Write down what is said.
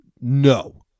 No